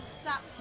stop